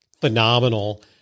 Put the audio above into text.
phenomenal